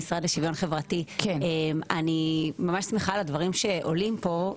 אני ממש שמחה על הדברים שעולים פה,